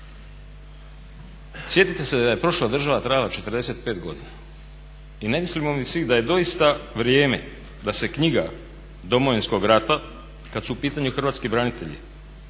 Sjetite se da je prošla država trajala 45 godina. I ne mislimo li mi svi da je doista vrijeme da se knjiga Domovinskog rata kada su u pitanju hrvatski branitelji